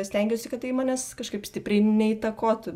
stengiuosi kad tai manęs kažkaip stipriai neįtakotų